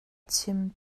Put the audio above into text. chim